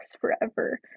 forever